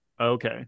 Okay